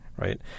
right